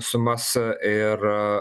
sumas ir